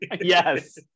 Yes